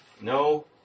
No